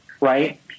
right